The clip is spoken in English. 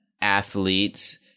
athletes –